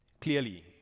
clearly